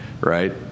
right